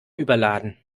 überladen